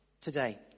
today